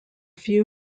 few